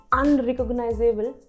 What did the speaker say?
unrecognizable